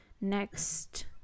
next